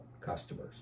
customers